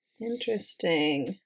Interesting